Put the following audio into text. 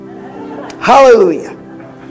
Hallelujah